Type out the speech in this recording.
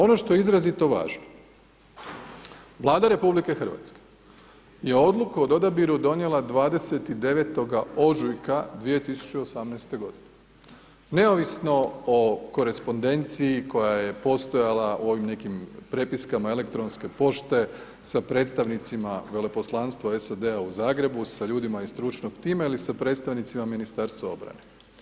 Ono što je izrazito važno, Vlada RH je odluku o odabiru donijela 29. ožujka 2018. godine, neovisno o korespondenciji koja je postojala u ovim nekim prepiskama elektronske pošte sa predstavnicima Veleposlanstva SAD-a u Zagrebu, sa ljudima iz stručnog tima ili sa predstavnicima Ministarstva obrane.